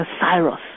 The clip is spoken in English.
cyrus